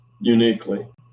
uniquely